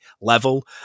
level